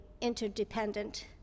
interdependent